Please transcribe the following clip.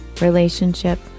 relationship